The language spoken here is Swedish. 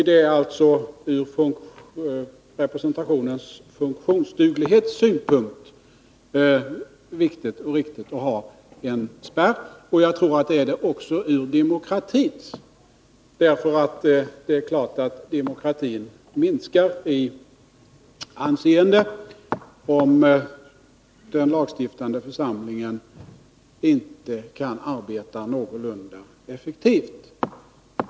Med tanke på representationens funktionsduglighet är det alltså viktigt och riktigt att ha en spärr, och det tror jag att det är också ur demokratins synpunkt. Det är klart att demokratin minskar i anseende om den lagstiftande församlingen inte kan arbeta någorlunda effektivt.